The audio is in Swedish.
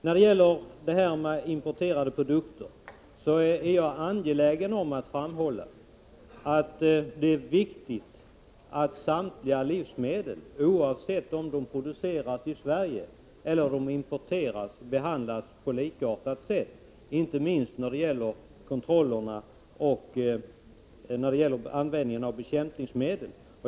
När det gäller importerade produkter är jag angelägen om att framhålla att det är viktigt att samtliga livsmedel, oavsett om de produceras i Sverige eller importeras, behandlas på likartat sätt. Inte minst gäller det kontrollerna och användningen av bekämpningsmedel.